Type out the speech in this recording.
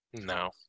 No